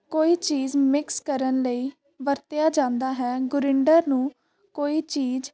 ਕੋਈ ਚੀਜ਼ ਮਿਕਸ ਕਰਨ ਲਈ ਵਰਤਿਆ ਜਾਂਦਾ ਹੈ ਗ੍ਰੈਂਡਰ ਨੂੰ ਕੋਈ ਚੀਜ਼